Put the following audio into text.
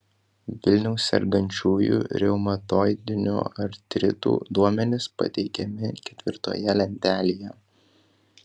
vilniaus sergančiųjų reumatoidiniu artritu duomenys pateikiami ketvirtoje lentelėje